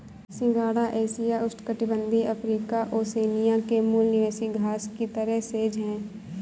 सिंघाड़ा एशिया, उष्णकटिबंधीय Africa, Oceania के मूल निवासी घास की तरह सेज है